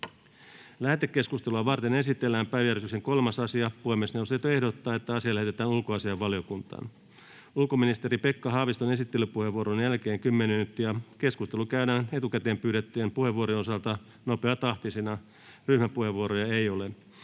Lähetekeskustelua varten esitellään päiväjärjestyksen 3. asia. Puhemiesneuvosto ehdottaa, että asia lähetetään ulkoasiainvaliokuntaan. Ulkoministeri Pekka Haaviston esittelypuheenvuoron jälkeen, 10 minuuttia, keskustelu käydään etukäteen pyydettyjen puheenvuorojen osalta nopeatahtisena. Ryhmäpuheenvuoroja ei ole.